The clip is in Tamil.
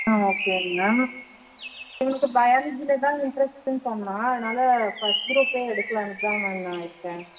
ஆ ஓகே மேம் இவனுக்கு பயாலஜியில் தான் இன்ட்ரெஸ்ட்டுனு சொன்னான் அதனால் ஃபஸ்ட் குரூப்பே எடுக்கலாம்ன்னு தான் மேம் நான் இருக்கேன்